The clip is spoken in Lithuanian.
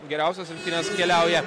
geriausios rungtynės keliauja